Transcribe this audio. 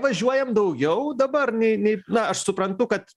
važiuojam daugiau dabar nei nei na aš suprantu kad